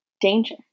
Danger